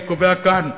אני קובע כאן,